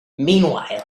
meanwhile